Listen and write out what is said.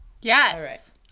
Yes